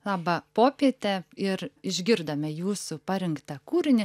labą popietę ir išgirdome jūsų parinktą kūrinį